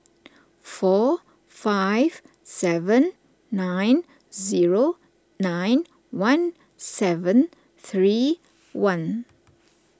four five seven nine zero nine one seven three one